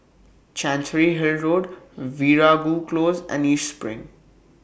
Chancery Hill Road Veeragoo Close and East SPRING